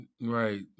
Right